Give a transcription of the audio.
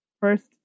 first